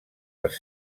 als